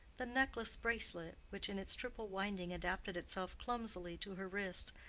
the necklace-bracelet, which in its triple winding adapted itself clumsily to her wrist,